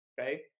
Okay